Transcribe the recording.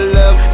love